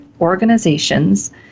organizations